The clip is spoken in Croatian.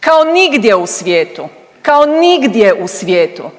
kao nigdje u svijetu, kao nigdje u svijetu